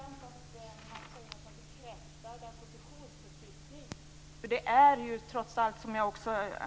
Fru talman! Det är intressant att Mats Einarsson bekräftar den positionsförflyttningen.